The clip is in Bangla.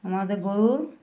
আমাদের গরুর